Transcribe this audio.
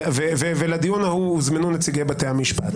לדיון ההוא הוזמנו נציגי בתי המשפט.